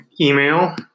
email